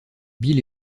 bill